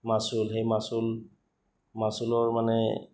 মাচুল সেই মাচুল মাচুলৰ মানে